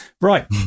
Right